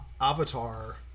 Avatar